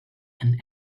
and